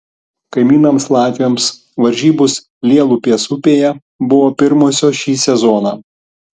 kaimynams latviams varžybos lielupės upėje buvo pirmosios šį sezoną